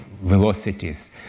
velocities